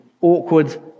awkward